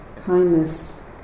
kindness